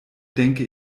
denke